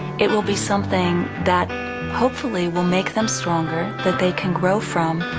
it will be something that hopefully will make them stronger, that they can grow from,